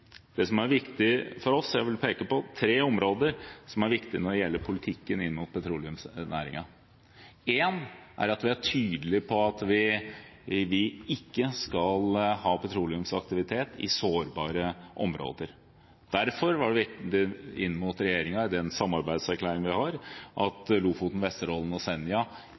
vil peke på tre områder som er viktige for oss når det gjelder politikken inn mot petroleumsnæringen. Det første er at vi er tydelige på at vi ikke skal ha petroleumsaktivitet i sårbare områder. Derfor var det viktig for oss i den samarbeidserklæringen vi har med regjeringen, at Lofoten, Vesterålen og Senja